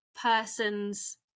person's